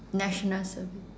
national service